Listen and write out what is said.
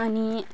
अनि